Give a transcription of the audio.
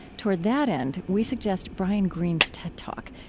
toward that end, we suggest brian greene's ted talk,